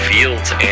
Fields